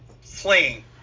fleeing